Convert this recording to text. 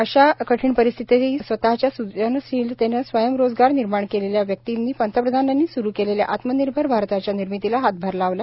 अशा कठीण परिस्थितीतही स्वतःच्या सुजनशीलतेने स्वयं रोजगार निर्माण केलेल्या व्यक्तिनि पंतप्रधानांनी स्रू केलेल्या आत्मनिर्भर भारताच्या निर्मितीला हातभार लावला